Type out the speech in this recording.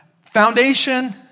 Foundation